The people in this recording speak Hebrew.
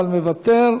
אבל מוותר,